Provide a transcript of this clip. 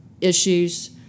issues